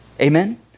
amen